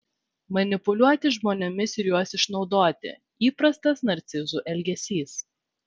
manipuliuoti žmonėmis ir juos išnaudoti įprastas narcizų elgesys